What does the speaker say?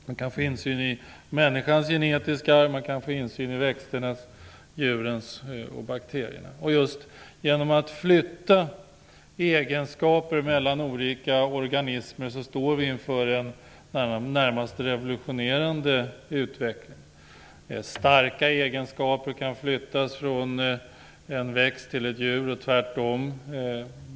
Man kan få insyn i människans genetiska arv samt i växternas, djurens och bakteriernas arv. Just genom möjligheten att flytta egenskaper mellan olika organismer står vi inför en närmast revolutionerande utveckling. Starka egenskaper kan flyttas från en växt till ett djur och tvärtom.